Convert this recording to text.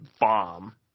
bomb